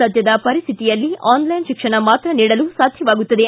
ಸದ್ಯದ ಪರಿಸ್ಥಿತಿಯಲ್ಲಿ ಆನ್ಲೈನ್ ಶಿಕ್ಷಣ ಮಾತ್ರ ನೀಡಲು ಸಾಧ್ಯವಾಗುತ್ತದೆ